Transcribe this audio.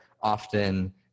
often